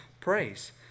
praise